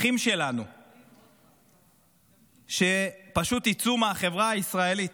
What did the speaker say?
אחים שלנו שפשוט יצאו מהחברה הישראלית.